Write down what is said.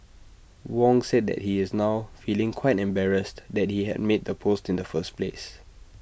Wong said that he is now feeling quite embarrassed that he had made the post in the first place